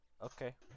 Okay